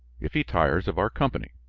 if he tires of our company,